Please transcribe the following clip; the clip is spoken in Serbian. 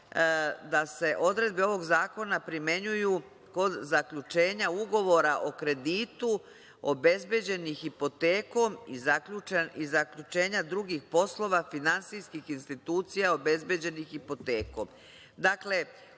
da se odredbe ovog zakona primenjuju kod zaključenja ugovora o kreditu obezbeđenih hipotekom i zaključenja drugih poslova, finansijskih institucija obezbeđenih hipotekom. Dakle,